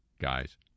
guys